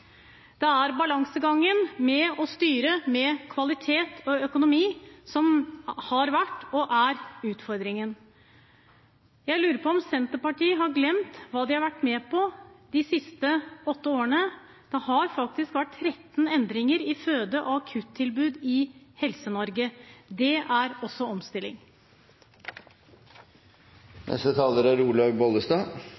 Det er balansegangen med å styre for å sikre kvalitet med stram økonomi som har vært og er utfordringen. Jeg lurer på om Senterpartiet har glemt hva de har vært med på de siste åtte årene. Det har faktisk vært 13 endringer i føde- og akuttilbud i Helse-Norge. Det er også omstilling.